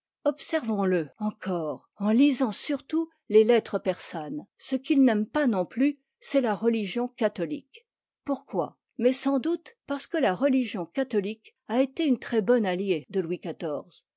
observons le encore en lisant surtout les lettres persanes ce qu'il n'aime pas non plus c'est la religion catholique pourquoi mais sans doute parce que la religion catholique a été une très bonne alliée de louis